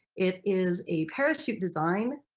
it is a parachute design